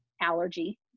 allergy